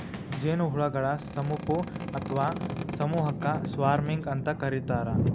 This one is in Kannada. ಜೇನುಹುಳಗಳ ಸುಮಪು ಅತ್ವಾ ಸಮೂಹಕ್ಕ ಸ್ವಾರ್ಮಿಂಗ್ ಅಂತ ಕರೇತಾರ